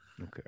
okay